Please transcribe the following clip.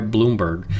Bloomberg